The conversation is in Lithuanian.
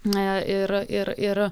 na ir ir ir